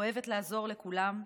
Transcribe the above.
אוהבת לעזור לכולם.